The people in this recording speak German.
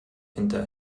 hinter